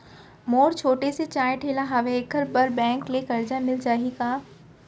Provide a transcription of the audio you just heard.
मोर छोटे से चाय ठेला हावे एखर बर बैंक ले करजा मिलिस जाही का?